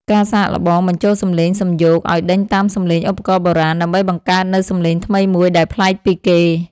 ការសាកល្បងបញ្ចូលសំឡេងសំយោគ ឱ្យដេញតាមសំឡេងឧបករណ៍បុរាណ ដើម្បីបង្កើតនូវសំឡេងថ្មីមួយដែលប្លែកពីគេ។